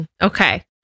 Okay